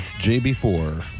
JB4